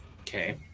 Okay